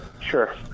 Sure